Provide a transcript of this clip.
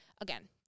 Again